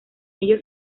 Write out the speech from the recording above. ello